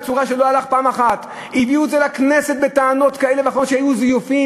כשלא הלך פעם אחת הביאו את זה לכנסת בטענות כאלה ואחרות שהיו זיופים,